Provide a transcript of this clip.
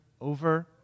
over